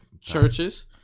Churches